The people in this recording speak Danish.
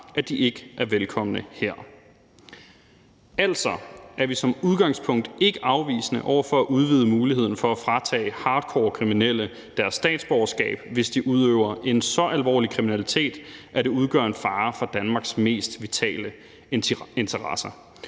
at de ikke er velkomne her. Vi er altså som udgangspunkt ikke afvisende over for at udvide muligheden for at fratage hardcorekriminelle deres statsborgerskab, hvis de udøver en så alvorlig kriminalitet, at det udgør en fare for Danmarks mest vitale interesser